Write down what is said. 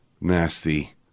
nasty